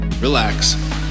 relax